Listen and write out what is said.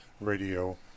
radio